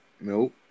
Nope